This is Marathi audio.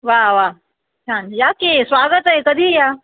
वा वा छान या की स्वागत आहे कधीही या